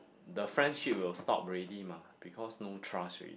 the friendship will stop already mah because no trust already